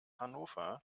hannover